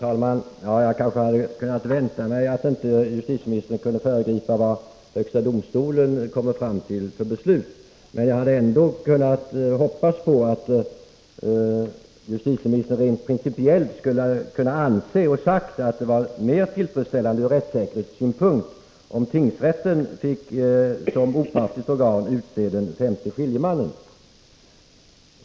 Herr talman! Jag hade kanske kunnat vänta mig att justitieministern inte kunde föregripa vad högsta domstolen kommer fram till för beslut. Men jag hade ändå hoppats på att justitieministern skulle säga att han rent principiellt anser att det vore mer tillfredsställande ur rättssäkerhetssynpunkt om tingsrätten som opartiskt organ fick utse den femte skiljemannen.